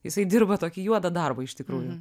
jisai dirba tokį juodą darbą iš tikrųjų